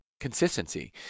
Consistency